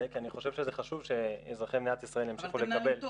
כי אני חושב שזה חשוב שאזרחי מדינת ישראל ימשיכו לקבל